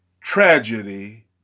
tragedy